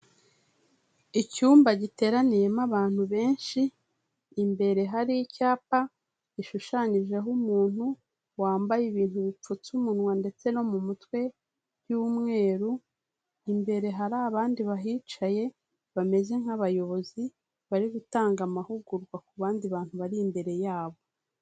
Icyumba giteraniyemo abantu benshi, imbere hari icyapa gishushanyijeho umuntu, wambaye ibintu bipfutse umunwa ndetse no mu mutwe by'umweru, imbere hari abandi bahicaye, bameze nk'abayobozi bari gutanga amahugurwa ku bandi bantu bari imbere yabo.